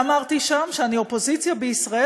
אמרתי שם שאני אופוזיציה בישראל,